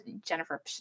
Jennifer